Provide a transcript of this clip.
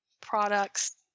products